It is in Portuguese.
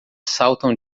saltam